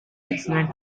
excellent